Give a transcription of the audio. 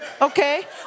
okay